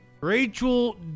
Rachel